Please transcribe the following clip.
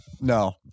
No